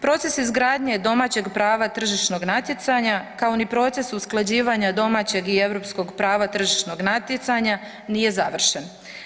Proces izgradnje domaćeg prava tržišnog natjecanja kao ni proces usklađivanja domaćeg i europskog prava tržišnog natjecanja nije završen.